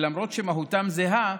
ולמרות שמהותם זהה,